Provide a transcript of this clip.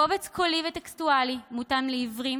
קובץ קולי וטקסטואלי המותאם לעיוורים